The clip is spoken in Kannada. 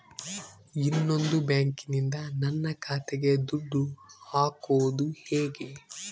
ಇನ್ನೊಂದು ಬ್ಯಾಂಕಿನಿಂದ ನನ್ನ ಖಾತೆಗೆ ದುಡ್ಡು ಹಾಕೋದು ಹೇಗೆ?